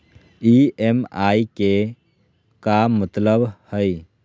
EMI के का मतलब हई?